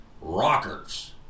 Rockers